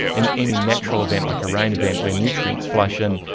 in any natural event like a rain event where nutrients flush in,